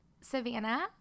Savannah